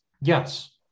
Yes